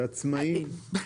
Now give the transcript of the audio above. עצמאיים?